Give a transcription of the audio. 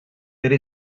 there